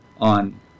On